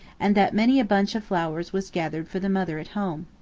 and that many a bunch of flowers was gathered for the mother at home.